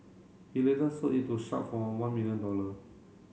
he later sold it to Sharp for one million dollar